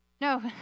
No